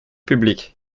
publique